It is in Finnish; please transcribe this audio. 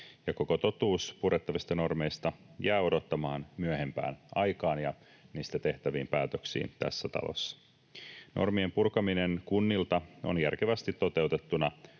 ja koko totuus purettavista normeista jää odottamaan myöhempään aikaan ja niistä tehtäviin päätöksiin tässä talossa. Normien purkaminen kunnilta on järkevästi toteutettuna